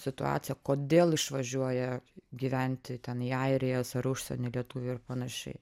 situacija kodėl išvažiuoja gyventi ten į airijas ar užsienį lietuviai ir panašiai